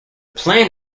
plan